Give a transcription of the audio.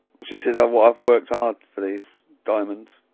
she says, i've ah i've worked hard for these. diamonds.